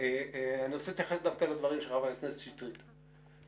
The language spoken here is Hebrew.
אני רוצה להתייחס דווקא לדברים של חברת הכנסת שטרית ולהגיד,